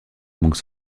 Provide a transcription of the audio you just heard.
banque